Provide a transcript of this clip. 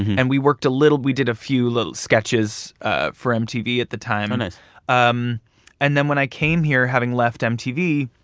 and we worked a little we did a few little sketches ah for mtv at the time oh, nice um and then when i came here, having left mtv,